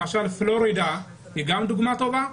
למשל פלורידה היא גם דוגמה טובה?